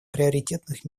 приоритетных